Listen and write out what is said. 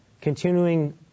continuing